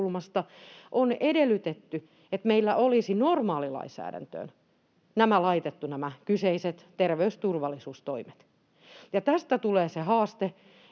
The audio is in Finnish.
on edellytetty, että meillä olisi normaalilainsäädäntöön laitettu nämä kyseiset terveysturvallisuustoimet. Ja tästä tulee se haaste,